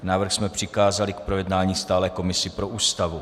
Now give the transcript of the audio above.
Návrh jsme přikázali k projednání stálé komisi pro Ústavu.